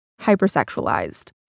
hypersexualized